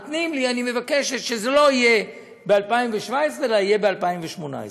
אני מבקשת שזה לא יהיה ב-2017 אלא ב-2018,